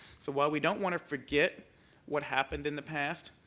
so while we don't want to forget what happened in the past,